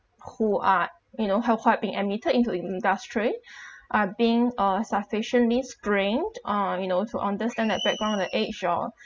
who are you know have what being admitted into in~ industry are being uh substantially sprain uh you know to understand their background their age or